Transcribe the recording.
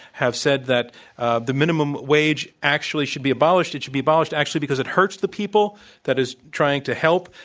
have said that the minimum wage actually should be abolished. it should be abolished actually because it hurts the people that it's trying to help,